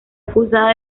acusada